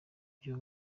ibyo